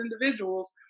individuals